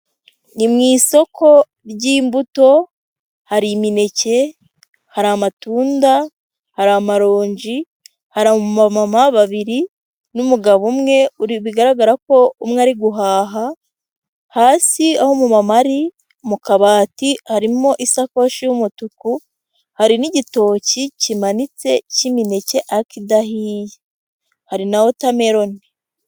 Ni mu isoko ry'imbuto hari imineke, hari amatunda, hari amaronji, hari abamama babiri n'umugabo umwe bigaragara ko umwe ari guhaha, hasi aho umumama ari mu kabati, harimo isakoshi y'umutuku, hari n'igitoki kimanitse cy'imineke ariko idahiye, hari na wotameroni.